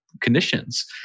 conditions